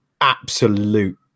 absolute